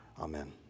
Amen